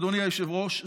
אדוני היושב-ראש,